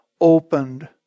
opened